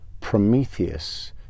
prometheus